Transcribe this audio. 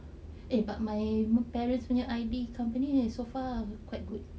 eh but my parents punya I_D company so far quite good